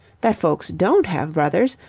that folks don't have brothers.